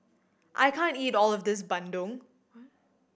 I can't eat all of this bandung